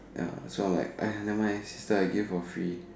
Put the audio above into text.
ya so like I never mind sister I give you for free